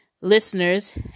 listeners